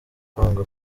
kwanga